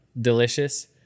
delicious